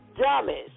dumbest